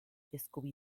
scooby